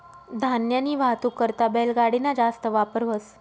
धान्यनी वाहतूक करता बैलगाडी ना जास्त वापर व्हस